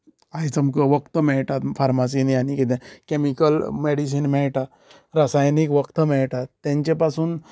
आयज आमकां वखदां मेळटात फार्मासिनी आनी कितें केमिकल मेडिसीन मेळटा रसायनिक वखदां मेळटात तेंचे पसून जे